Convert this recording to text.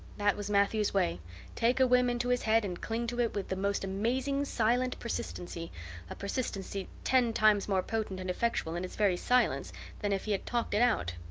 that was matthew's way take a whim into his head and cling to it with the most amazing silent persistency a persistency ten times more potent and effectual in its very silence than if he had talked it out.